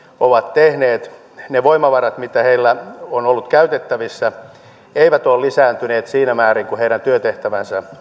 ovat tehneet ne voimavarat mitä heillä on ollut käytettävissä eivät ole lisääntyneet siinä määrin kuin heidän työtehtävänsä